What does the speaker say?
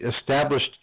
Established